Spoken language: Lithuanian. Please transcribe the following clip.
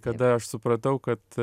kada aš supratau kad